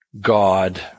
God